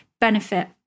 benefit